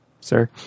sir